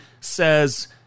says